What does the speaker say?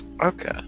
Okay